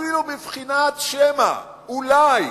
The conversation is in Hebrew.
אפילו בבחינת שמא, אולי,